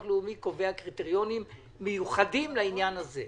לאומי קובע קריטריונים מיוחדים לעניין הזה.